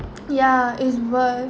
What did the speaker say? ya it's worse